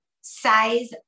Size